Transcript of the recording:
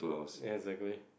yes exactly